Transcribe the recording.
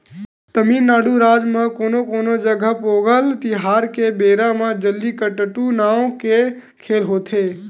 तमिलनाडू राज म कोनो कोनो जघा पोंगल तिहार के बेरा म जल्लीकट्टू नांव के खेल होथे